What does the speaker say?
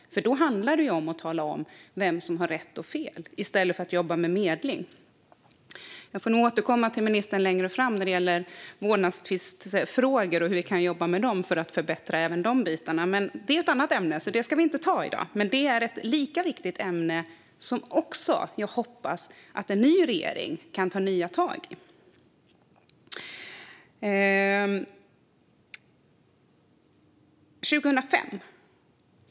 Där handlar det om att tala om vem som har rätt eller fel i stället för att jobba med medling. Jag får nog återkomma till ministern längre fram när det gäller vårdnadstvistfrågor och hur vi kan jobba för att förbättra även de bitarna. Det är ett annat lika viktigt ämne. Vi ska inte ta det i dag, men jag hoppas att en ny regering kan ta nya tag också när det gäller det.